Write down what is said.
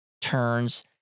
turns